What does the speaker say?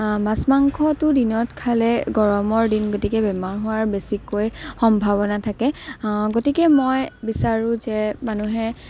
মাছ মাংসটো দিনত খালে গৰমৰ দিন গতিকে বেমাৰ হোৱাৰ বেছিকৈ সম্ভাৱনা থাকে গতিকে মই বিচাৰোঁ যে মানুহে